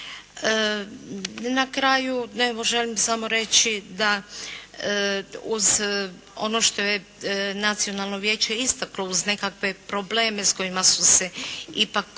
Na kraju evo želim samo reći da uz ono što je nacionalno vijeće istaklo uz nekakve probleme s kojima su se ipak